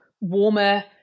warmer